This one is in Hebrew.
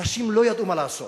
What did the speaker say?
אנשים לא ידעו מה לעשות,